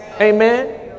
Amen